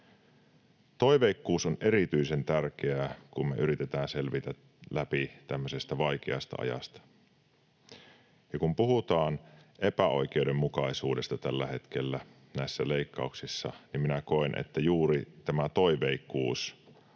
Toiveikkuus on erityisen tärkeää, kun me yritetään selvitä läpi tämmöisestä vaikeasta ajasta. Ja kun puhutaan epäoikeudenmukaisuudesta tällä hetkellä näissä leikkauksissa, niin minä koen, että juuri tämä toiveikkuus